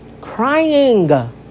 Crying